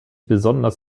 besonders